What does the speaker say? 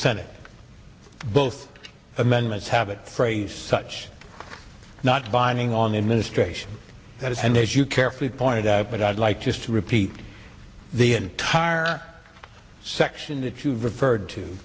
senate both amendments have it raise such not binding on in ministration that is and as you carefully pointed out but i'd like just to repeat the entire section that you've referred to